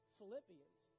Philippians